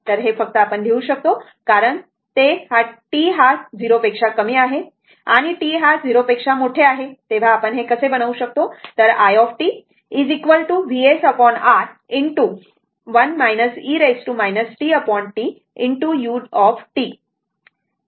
तर हे फक्त लिहू शकतो कारण ते t हा 0 पेक्षा कमी आहे t हा 0 पेक्षा मोठे आहे आपण असे बनवू शकतो i t VsR 1 e tT u